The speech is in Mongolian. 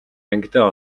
ангидаа